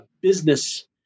business